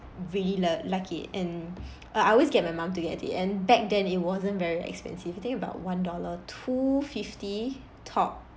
really uh like it and uh I always get my mum to get it and back then it wasn't very expensive I think about one dollar two fifty top